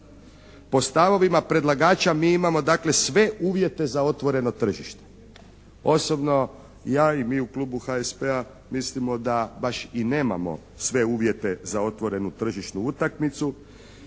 Po stavovima predlagača mi imamo dakle sve uvjete za otvoreno tržište. Osobno ja i mi u klubu HSP-a mislimo da baš i nemamo sve uvjete za otvorenu tržišnu utakmicu